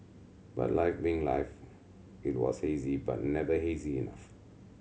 but life being life it was hazy but never hazy enough